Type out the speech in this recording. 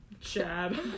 Chad